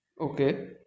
Okay